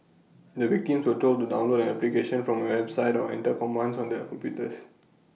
the victims were told to download an application from A website or enter commands on their computers